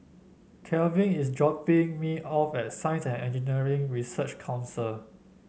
Kelvin is dropping me off at Science And Engineering Research Council